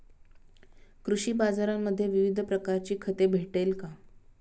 कृषी बाजारांमध्ये विविध प्रकारची खते भेटेल का?